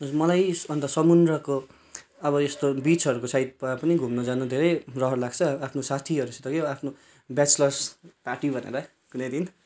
हजुर मलाई अन्त समुद्रको अब यस्तो बिचहरूको साइडतिर पनि घुम्नु जानु धेरै रहर लाग्छ आफ्नो साथीहरूसित क्याउ आफ्नो ब्याचलर्स पार्टी भनेर कुनै दिन